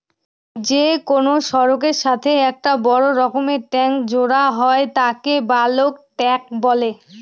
যে কোনো সড়কের সাথে একটা বড় রকমের ট্যাংক জোড়া হয় তাকে বালক ট্যাঁক বলে